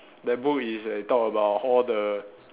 that book is like talk about all the